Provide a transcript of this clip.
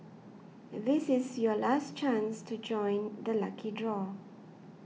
this is your last chance to join the lucky draw